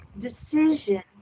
decision